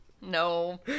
No